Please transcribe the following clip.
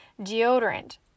deodorant